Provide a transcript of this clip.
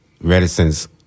reticence